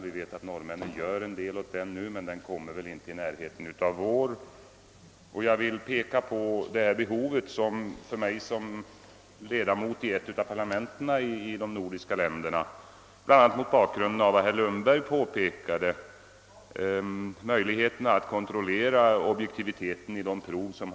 Vi vet att norrmännen gör en del åt den saken nu, men deras bestämmelser kommer väl inte heller i framtiden i närheten av våra. Jag vill som ledamot i ett av de nordiska parlamenten, bl.a. mot bakgrunden av vad herr Lundberg framhållit, framhålla vikten av att det blir möjligt att kontrollera objektiviteten vid de utförda proven.